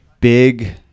big